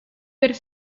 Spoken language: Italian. per